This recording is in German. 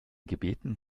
gebeten